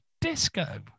disco